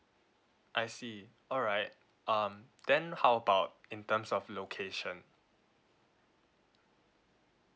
I see alright um then how about in terms of location